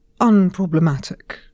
unproblematic